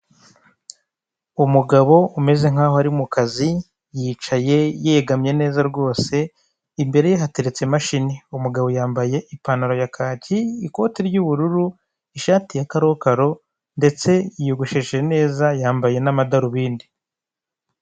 Umugabo umeze nk'aho ari mu kazi yicaye yegamye neza rwose, imbere ye hateretse imashini umugabo yambaye ipantalo ya kaki, ikote ry'ubururu, ishati ya karokaro ndetse yiyogoshesheje neza yambaye n'amadorobindi.